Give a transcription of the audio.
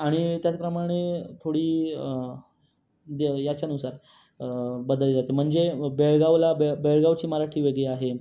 आणि त्याचप्रमाणे थोडी दे याच्यानुसार बदलली जाते म्हणजे बेळगावला बेळगावची मराठी वेगळी आहे